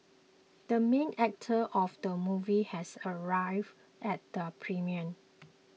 the main actor of the movie has arrived at the premiere